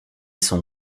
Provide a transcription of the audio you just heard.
son